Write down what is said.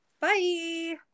Bye